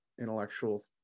intellectual